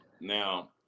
Now